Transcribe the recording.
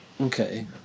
okay